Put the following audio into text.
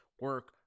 Work